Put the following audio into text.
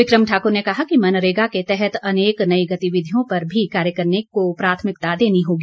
बिक्रम ठाकुर ने कहा कि मनरेगा के तहत अनेक नई गतिविधियों पर भी कार्य करने को प्राथमिकता देनी होगी